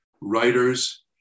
writers